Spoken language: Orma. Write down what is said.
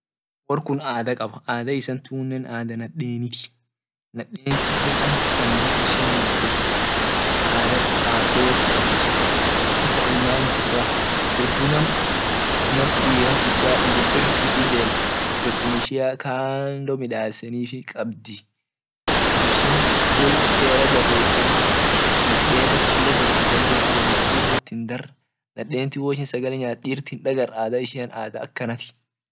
Wor kune ada kab ada ishiane ada yedeni, yedetine amtan mal ishin gudet ada fan dot kabd amtan ilman dubra dirbu nam amtan diran irhijem irr hiijemn dirbum ishia kando midasenifi kabd lafsun won chera jabesini naden ak chole gudiseni nadefi dir wothindar nadent wo ishin sagale nyat dirt hindagar ada ishian ada akanat.